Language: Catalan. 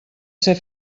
ser